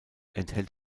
enthält